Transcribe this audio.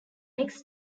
next